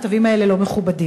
התווים האלה לא מכובדים.